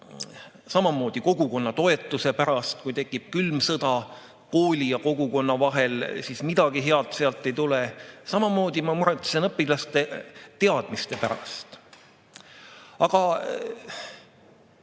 samamoodi kogukonna toetuse pärast – kui tekib külm sõda kooli ja kogukonna vahel, siis midagi head sealt ei tule. Samamoodi ma muretsen õpilaste teadmiste pärast. Aga